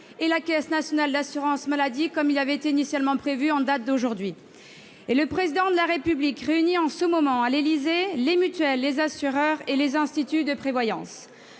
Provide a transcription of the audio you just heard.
et la Caisse nationale d'assurance maladie, comme cela avait été initialement prévu. Quant au Président de la République, il réunit en ce moment même à l'Élysée les mutuelles, les assureurs et les instituts de prévoyance.